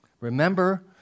Remember